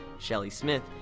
shelly smith,